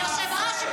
היושב-ראש,